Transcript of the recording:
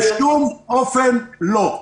בשום אופן לא,